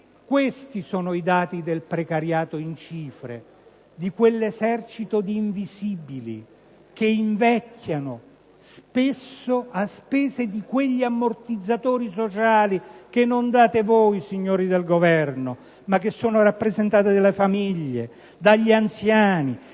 Questi sono i dati del precariato in cifre, di quell'esercito di invisibili che invecchiano, spesso a spese di quegli ammortizzatori sociali che non date voi, signori del Governo, ma che sono rappresentati dalle famiglie, dagli anziani,